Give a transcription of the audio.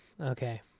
okay